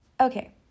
okay